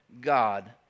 God